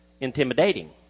intimidating